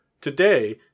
Today